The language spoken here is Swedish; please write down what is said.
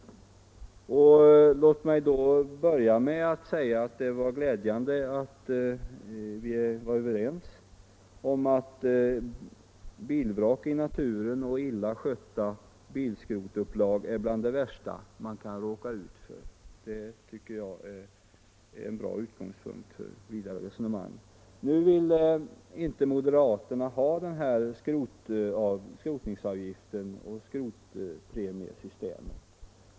Låt mig därvidlag börja med att säga att det är glädjande att vi är överens om att bilvrak i naturen och illa skötta bilskrotupplag är bland det värsta man kan råka ut för. Detta tycker jag är en bra utgångspunkt för vidare resonemang. Nu vill inte moderaterna ha den föreslagna skrotningsavgiften och skrotpremiesystemet.